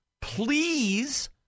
Please